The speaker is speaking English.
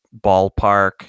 ballpark